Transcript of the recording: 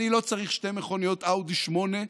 אני לא צריך שתי מכוניות אאודי 8,